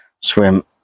swim